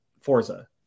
forza